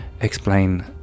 explain